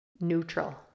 neutral